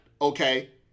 okay